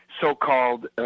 so-called